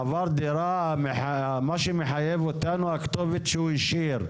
עבר דירה, מה שמחייב אותנו זאת הכתובת שהוא השאיר.